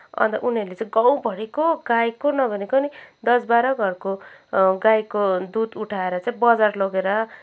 अन्त उनीहरूले चाहिँ गाउँभरीको गाईको नभनेको पनि दस बाह्र घरको गाईको दुध उठाएर चाहिँ बजार लगेर